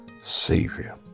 Savior